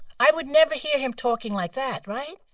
i would never hear him talking like that, right?